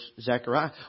Zechariah